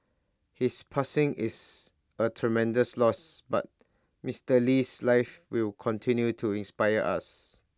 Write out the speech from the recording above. his passing is A tremendous loss but Mister Lee's life will continue to inspire us